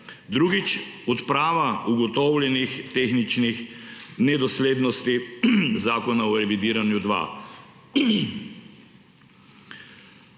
drugič, odprava ugotovljenih tehničnih nedoslednosti Zakona o revidiranju 2.